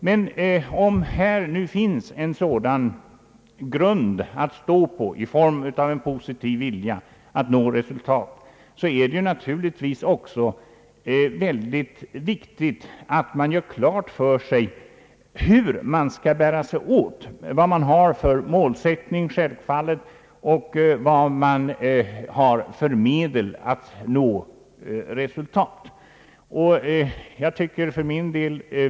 Men om här nu finns en sådan grund att stå på i form av en positiv vilja att nå resultat, är det naturligtvis också mycket viktigt att man gör klart för sig, hur man skall bära sig åt, vad man har för målsättning och vad man har för medel att nå resultat.